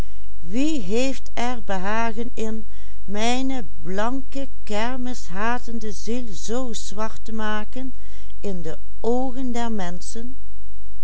in de oogen der